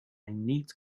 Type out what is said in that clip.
neat